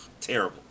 Terrible